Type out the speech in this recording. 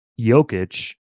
Jokic